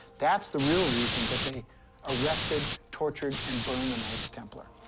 that's the real reason that they arrested, tortured, and burned the knights templar.